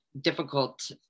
difficult